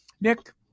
Nick